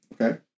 Okay